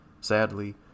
Sadly